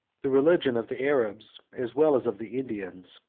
the religion of the arabs, as well as of the indians,